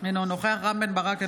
אינו נוכח רם בן ברק,